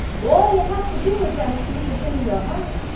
well all you have to do, is ask jesus into your heart